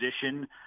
position